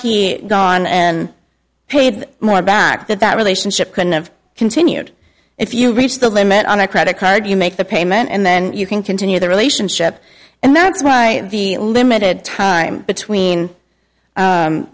gone and paid more back that that relationship couldn't have continued if you reach the limit on a credit card you make the payment and then you can continue the relationship and that's why the limited time between